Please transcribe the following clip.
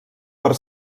per